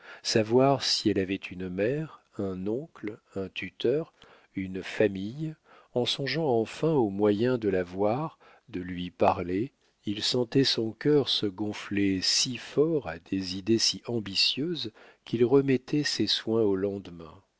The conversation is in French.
savoir si elle avait une mère un oncle un tuteur une famille en songeant enfin aux moyens de la voir de lui parler il sentait son cœur se gonfler si fort à des idées si ambitieuses qu'il remettait ces soins au lendemain